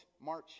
march